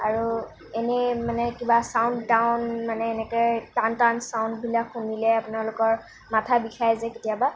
আৰু এনেই মানে কিবা চাউণ্ড টাউণ্ড মানে এনেকে টান টান চাউণ্ডবিলাক শুনিলে আপোনালোকৰ মাথা বিষাই যে কেতিয়াবা